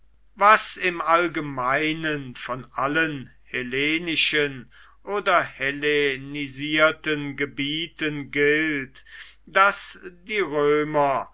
was im allgemeinen von allen hellenischen oder hellenisierten gebieten gilt daß die römer